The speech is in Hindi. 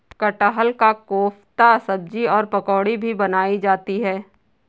कटहल का कोफ्ता सब्जी और पकौड़ी भी बनाई जाती है